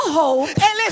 hope